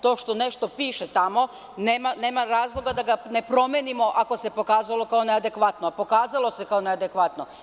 To što nešto piše tamo, nema razloga da ga ne promenimo ako se pokazalo kao neadekvatno, a pokazalo se kao neadekvatno.